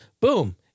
boom